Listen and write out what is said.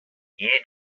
you